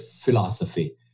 philosophy